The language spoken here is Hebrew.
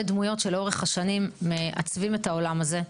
דמויות שלאורך שנים מעצבים את העולם הזה,